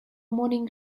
morning